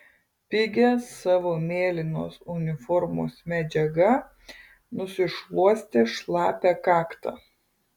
pigia savo mėlynos uniformos medžiaga nusišluostė šlapią kaktą